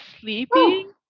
sleeping